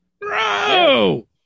bro